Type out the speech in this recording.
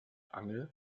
angel